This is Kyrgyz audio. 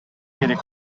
керек